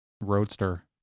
roadster